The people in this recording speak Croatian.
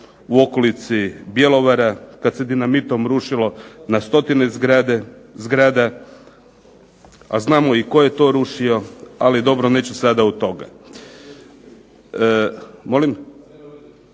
u okolici Bjelovara, kada se s dinamitom rušilo na stotine zgrada, a znamo i tko je to rušio. Ali dobro neću sada o tome. Molim?